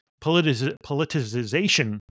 politicization